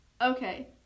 Okay